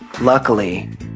Luckily